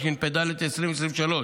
התשפ"ד 2023,